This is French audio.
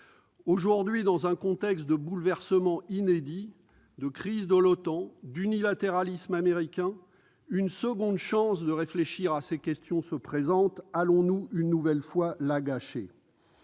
Aujourd'hui, dans un contexte de bouleversements inédits, de crise de l'OTAN, d'unilatéralisme américain, une seconde chance de réfléchir à ces questions se présente. Allons-nous la gâcher